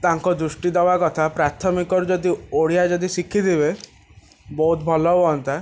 ତାଙ୍କ ଦୃଷ୍ଟି ଦେବା କଥା ପ୍ରାଥମିକରୁ ଯଦି ଓଡ଼ିଆ ଯଦି ଶିଖିଥିବେ ବହୁତ ଭଲ ହୁଅନ୍ତା